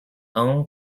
own